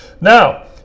now